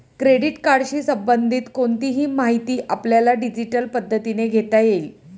credit कार्डशी संबंधित कोणतीही माहिती आपल्याला डिजिटल पद्धतीने घेता येईल